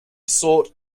sought